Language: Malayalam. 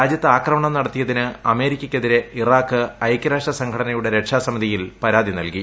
രാജ്യത്ത് ആക്രമണം നടത്തിയതിന് അമേരിക്കയ്ക്കെതിരെ ഇറാഖ് ഐക്യരാഷ്ട്ര സംഘടനയുടെ രക്ഷാ സമിതിയിൽ പരാതി നൽകി